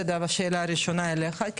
זו השאלה הראשונה אליך.